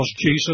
Jesus